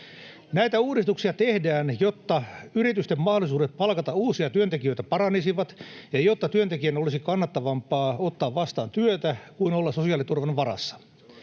Näitä uudistuksia tehdään, jotta yritysten mahdollisuudet palkata uusia työntekijöitä paranisivat ja jotta työntekijän olisi kannattavampaa ottaa vastaan työtä kuin olla sosiaaliturvan varassa.